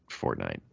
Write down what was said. Fortnite